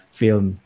film